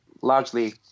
largely